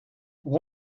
pour